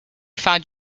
found